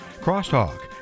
Crosstalk